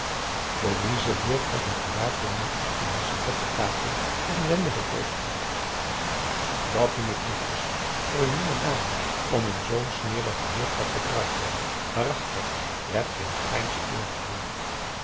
louise wierp met een gebaar vol minachting haar servet op tafel en wendde het hoofd af dat noem ik netjes voor n jonge dame om in zoo'n smerige huurkar te kruipen waarachtig je hebt geen greintje eergevoel